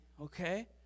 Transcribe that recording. okay